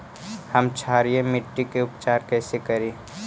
हम क्षारीय मिट्टी के उपचार कैसे करी?